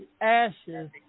ashes